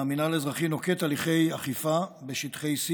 המינהל האזרחי נוקט הליכי אכיפה בשטחי C